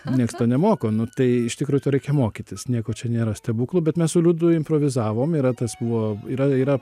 nieks to nemoko nu tai iš tikro to reikia mokytis nieko čia nėra stebuklų bet mes su liudu improvizavom yra tas buvo yra yra